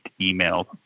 email